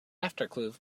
aftercluv